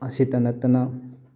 ꯑꯁꯤꯇ ꯅꯠꯇꯅ